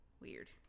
Weird